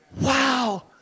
Wow